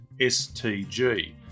STG